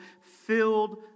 filled